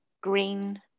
green